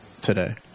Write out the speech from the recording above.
today